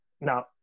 Now